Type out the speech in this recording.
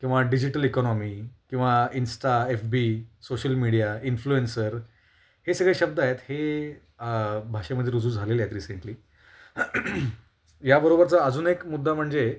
किंवा digital economy किंवा insta F B social media influencer हे सगळे शब्द आहेत हे भाषेमध्ये रुजू झालेले आहेत रिसेंटली याबरोबरचा अजून एक मुद्दा म्हणजे